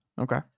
Okay